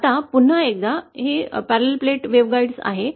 आता पुन्हा एकदा हे समांतर प्लेट वेव्हगॉइडसाठी आहे